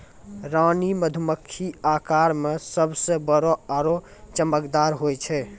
रानी मधुमक्खी आकार मॅ सबसॅ बड़ो आरो चमकदार होय छै